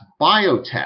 biotech